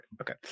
Okay